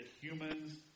humans